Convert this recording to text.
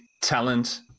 talent